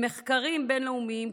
במחקרים בין-לאומיים,